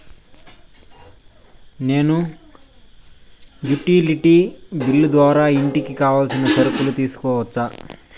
నేను utility bill ద్వారా ఇంటికి కావాల్సిన సరుకులు తీసుకోవచ్చా?